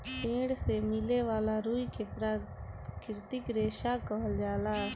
पेड़ से मिले वाला रुई के प्राकृतिक रेशा कहल जाला